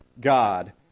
God